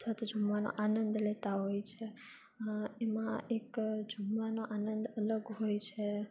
અથવા તો જમવાનો આનંદ લેતા હોય છે એમાં એક જમવાનો આનંદ અલગ હોય છે